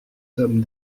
sommes